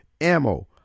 Ammo